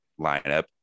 lineup